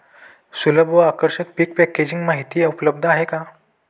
सुलभ व आकर्षक पीक पॅकेजिंग माहिती उपलब्ध आहे का?